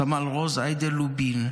סמל רוז איידה לובין,